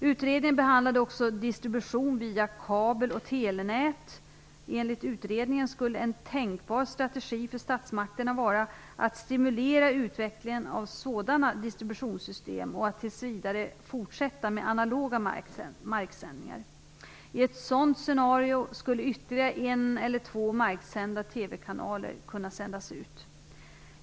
Utredningen behandlade också distribution via kabel och telenät. Enligt utredningen skulle en tänkbar strategi för statsmakterna vara att stimulera utvecklingen av sådana distributionssystem och att tills vidare fortsätta med analoga marksändningar. I ett sådan scenario skulle ytterligare en eller två marksända TV-kanaler kunna sändas ut.